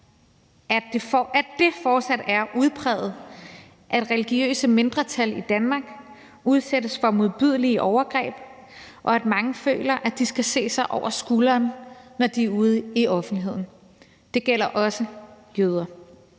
at det fortsat er udpræget, at religiøse mindretal i Danmark udsættes for modbydelige overgreb, og at mange føler, at de skal se sig over skulderen, når de er ude i offentligheden. Det gælder også jøder.